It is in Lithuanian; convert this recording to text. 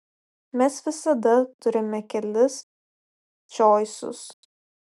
mes visada turime kelis čoisus